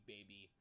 Baby